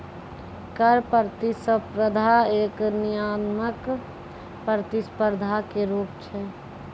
कर प्रतिस्पर्धा एगो नियामक प्रतिस्पर्धा के रूप छै